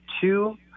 two